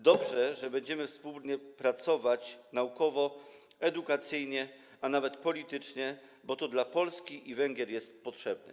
Dobrze, że będziemy współpracować naukowo, edukacyjnie, a nawet politycznie, bo to Polsce i Węgrom jest potrzebne.